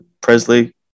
Presley